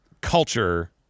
culture